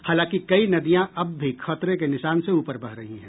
हालांकि कई नदियां अब भी खतरे के निशान से ऊपर बह रही हैं